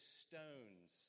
stones